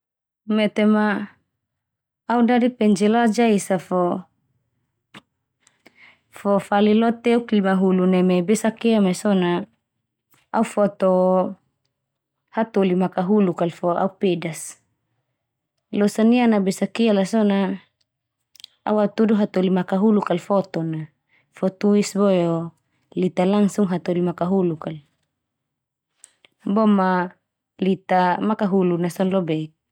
Metema au dadik penjelajah esa fo, fo fali lo teuk limahulu neme besakia mai so na au foto hatoli makahuluk al fo au pedas. Losa niana besakia la so na au atudu hatoli makahuluk al foto na fo tuis boe o lita langsung hatoli makahuluk al, boma lita makahulun na son lobek.